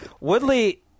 Woodley